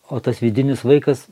o tas vidinis vaikas